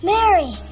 Mary